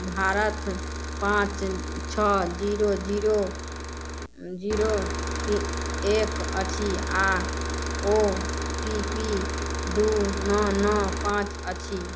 भारत पाँच छओ zero zero zero तीन एक अछि आओर ओ टी पी दू नओ नओ पाँच अछि